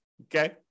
okay